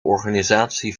organisatie